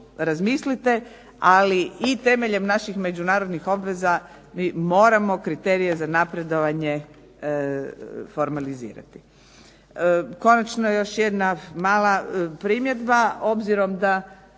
razmislite, ali i temeljem naših međunarodnih obveza mi moramo kriterije za napredovanje formalizirati. Konačno još jedna mala primjedba. Obzirom da